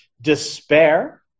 despair